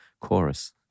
chorus